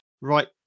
right